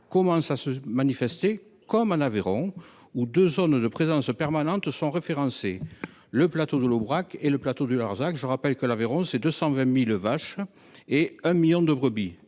commencent à se manifester. C’est le cas en Aveyron, où deux zones de présence permanente sont référencées : le plateau de l’Aubrac et le plateau du Larzac. Je rappelle qu’il y a 220 000 vaches et 1 million de brebis